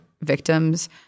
victims